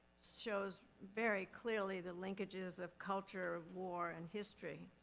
shows very clearly the linkages of culture of war and history.